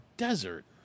Desert